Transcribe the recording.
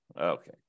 Okay